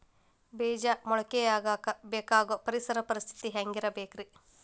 ಬೇಜ ಮೊಳಕೆಯಾಗಕ ಬೇಕಾಗೋ ಪರಿಸರ ಪರಿಸ್ಥಿತಿ ಹ್ಯಾಂಗಿರಬೇಕರೇ?